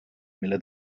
mille